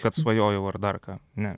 kad svajojau ar dar ką ne